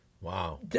Wow